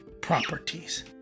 properties